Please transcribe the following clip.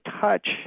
touch